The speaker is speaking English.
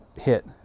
hit